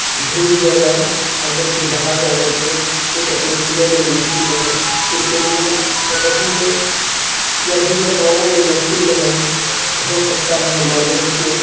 بھیج دیا جائے اور بچے باہر جا کر کے کچھ اپنے کھیلوں میں مشغول رہیں کرکٹ میں کبڈی میں یا دیگر کاموں میں مشغول رہیں تو ہو سکتا ہے ہمارے بچے